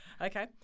Okay